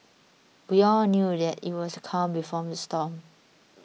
we all knew that it was the calm before the storm